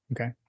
Okay